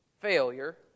failure